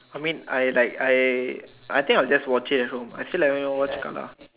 I mean I like I I think I will just watch it at home I feel like why you wanna watch Carl ah